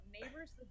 neighbors